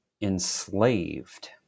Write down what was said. enslaved